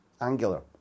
angular